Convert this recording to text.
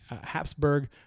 Habsburg